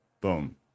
Boom